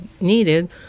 needed